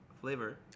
flavor